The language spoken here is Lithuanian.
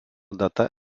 data